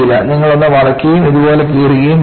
നിങ്ങൾ ഒന്ന് മടക്കുകയും ഇതുപോലെ കീറുകയും ചെയ്യും